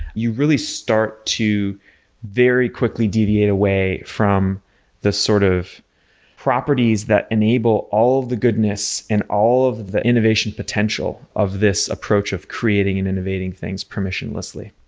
you really start to very quickly deviate away from the sort of properties that enable all the goodness and all of the innovation potential of this approach of creating and innovating things permissionlessly.